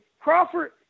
Crawford